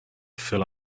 fill